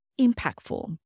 impactful